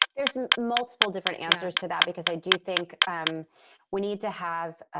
there's ah multiple different answers to that, because i do think um we need to have